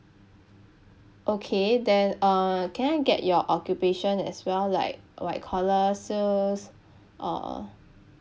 okay then uh can I get your occupation as well like white collar sales uh